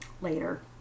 later